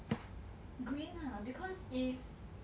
green lah because if